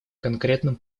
конкретном